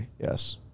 Yes